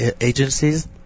agencies